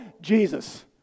Jesus